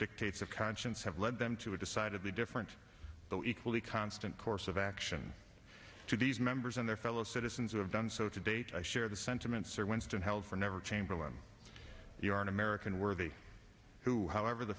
dictates of conscience have led them to a decidedly different though equally constant course of action to these members and their fellow citizens who have done so to date i share the sentiment sir winston held for never chamberlain you are an american worthy who however the